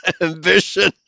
ambition